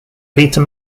peter